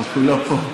הוא כולו פה,